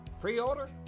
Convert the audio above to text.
Pre-order